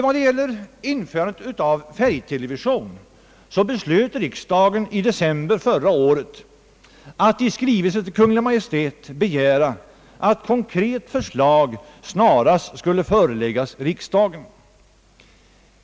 Vad beträffar införande av färgtelevision beslöt riksdagen i december förra året att i skrivelse till Kungl. Maj:t begära att konkret förslag snarast skulle föreläggas riksdagen.